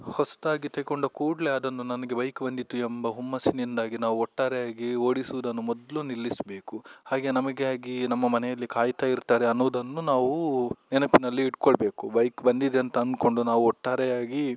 ಹೊಸತಾಗಿ ತೆಕೊಂಡ ಕೂಡಲೇ ಅದನ್ನು ನನಗೆ ಬೈಕ್ ಬಂದಿತು ಎಂಬ ಹುಮ್ಮಸ್ಸಿನಿಂದಾಗಿ ನಾವು ಒಟ್ಟಾರೆಯಾಗಿ ಓಡಿಸುವುದನ್ನು ಮೊದಲು ನಿಲ್ಲಿಸಬೇಕು ಹಾಗೆ ನಮಗಾಗಿ ನಮ್ಮ ಮನೆಯಲ್ಲಿ ಕಾಯ್ತಾ ಇರ್ತಾರೆ ಅನ್ನೊದನ್ನು ನಾವು ನೆನಪಿನಲ್ಲಿ ಇಟ್ಟುಕೊಳ್ಬೇಕು ಬೈಕ್ ಬಂದಿದೆ ಅಂತ ಅಂದ್ಕೊಂಡು ನಾವು ಒಟ್ಟಾರೆಯಾಗಿ